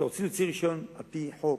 כשרוצים להוציא רשיון על-פי חוק,